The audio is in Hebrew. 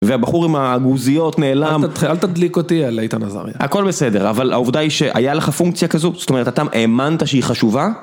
והבחור עם הגוזיות נעלם. אל תדליק אותי על איתן עזריה. הכל בסדר, אבל העובדה היא שהיה לך פונקציה כזו, זאת אומרת, אתה האמנת שהיא חשובה?